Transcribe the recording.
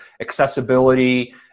accessibility